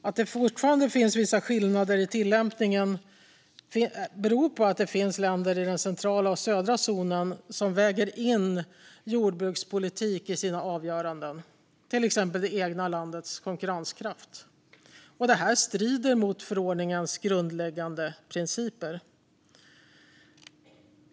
Att det fortfarande finns vissa skillnader i tillämpningen beror på att det finns länder i den centrala och den södra zonen som väger in jordbrukspolitik i sina avgöranden, till exempel det egna landets konkurrenskraft. Detta strider mot förordningens grundläggande principer.